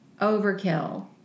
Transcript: overkill